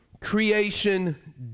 creation